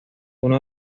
uno